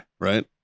right